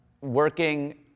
working